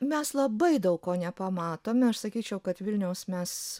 mes labai daug ko nepamatome aš sakyčiau kad vilniaus mes